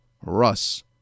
Russ